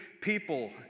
people